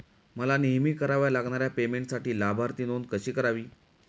मला नेहमी कराव्या लागणाऱ्या पेमेंटसाठी लाभार्थी नोंद कशी करावी?